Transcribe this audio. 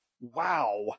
wow